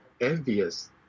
envious